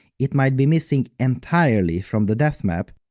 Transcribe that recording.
it might be missing entirely from the depth map,